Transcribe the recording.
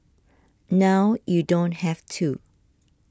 now you don't have to